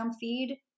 feed